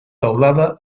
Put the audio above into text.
teulada